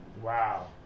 Wow